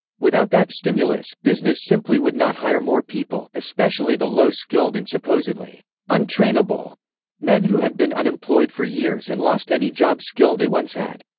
without that stimulus, business simply would not hire more people, especially the low skilled and supposedly untrainable men who had been unemployed for years and lost any job skill they once had.